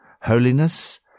holiness